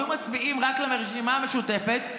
שהיו מצביעים רק לרשימה המשותפת,